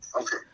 Okay